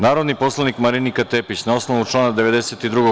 Narodni poslanik Marinika Tepić, na osnovu člana 92.